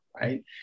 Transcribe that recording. right